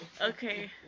Okay